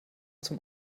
zum